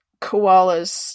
koalas